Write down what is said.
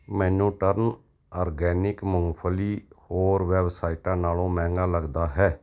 ਮੈਨੂੰ ਟਰਨ ਆਰਗੈਨਿਕ ਮੂੰਗਫਲੀ ਹੋਰ ਵੈੱਬਸਾਈਟਾਂ ਨਾਲੋਂ ਮਹਿੰਗਾ ਲੱਗਦਾ ਹੈ